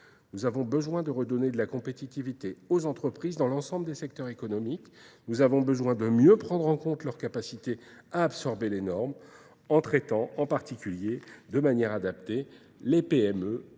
Nous avons besoin de redonner de la compétitivité aux entreprises dans l'ensemble des secteurs économiques, Nous avons besoin de mieux prendre en compte leur capacité à absorber les normes en traitant en particulier de manière adaptée les PME